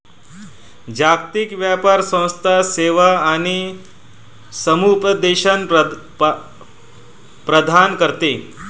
जागतिक व्यापार संस्था सेवा आणि समुपदेशन प्रदान करते